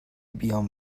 بیام